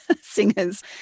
singers